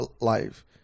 life